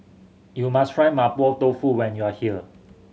you must try Mapo Tofu when you are here